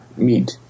meat